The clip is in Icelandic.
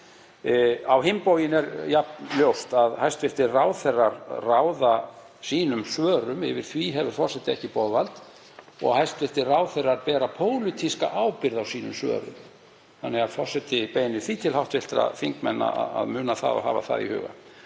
Á hinn bóginn er jafn ljóst að hæstv. ráðherrar ráða sínum svörum, yfir því hefur forseti ekki boðvald, og hæstv. ráðherrar bera pólitíska ábyrgð á sínum svörum. Forseti beinir því til hv. þingmanna að muna það og hafa það í huga.